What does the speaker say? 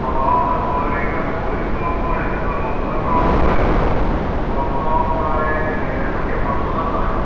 অ আচ্ছা মৈদামৰ পৰিদৰ্শনৰ সময় ৰাতিপুৱা ন বজাৰ পৰা আৰম্ভ হয় আৰু বন্ধ প্ৰায় এই সন্ধিয়া পাঁচ বজাত হয়